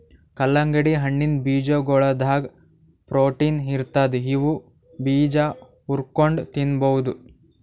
ಕಲ್ಲಂಗಡಿ ಹಣ್ಣಿನ್ ಬೀಜಾಗೋಳದಾಗ ಪ್ರೊಟೀನ್ ಇರ್ತದ್ ಇವ್ ಬೀಜಾ ಹುರ್ಕೊಂಡ್ ತಿನ್ಬಹುದ್